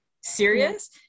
serious